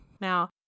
Now